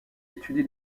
étudie